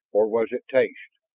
or was it taste?